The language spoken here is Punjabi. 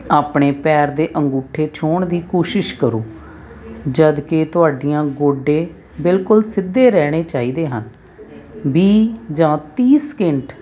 ਆਪਣੇ ਪੈਰ ਦੇ ਅੰਗੂਠੇ ਛੋਹਣ ਦੀ ਕੋਸ਼ਿਸ਼ ਕਰੋ ਜਦਕਿ ਤੁਹਾਡੀਆਂ ਗੋਡੇ ਬਿਲਕੁਲ ਸਿੱਧੇ ਰਹਿਣੇ ਚਾਹੀਦੇ ਹਨ ਵੀਹ ਜਾਂ ਤੀਹ ਸਕਿੰਟ